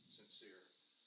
sincere